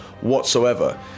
whatsoever